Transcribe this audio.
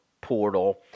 portal